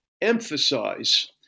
emphasize